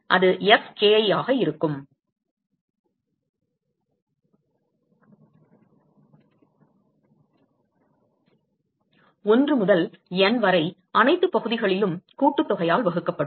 எனவே அது Fki ஆக இருக்கும் 1 முதல் N வரை அனைத்து பகுதிகளிலும் கூட்டுத்தொகையால் வகுக்கப்படும்